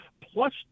plus